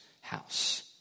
house